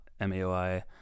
MAOI